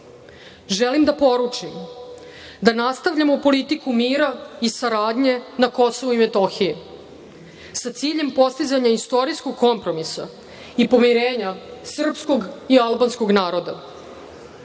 želim da poručim da nastavljamo politiku mira i saradnje na Kosovu i Metohiji, sa ciljem postizanja istorijskog kompromisa i pomirenja srpskog i albanskog naroda.